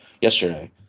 yesterday